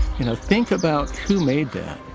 you know, think about who made that.